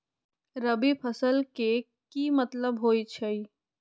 रबी फसल के की मतलब होई छई?